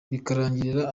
bikarangira